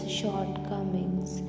shortcomings